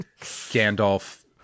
Gandalf